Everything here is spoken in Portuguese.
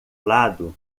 lado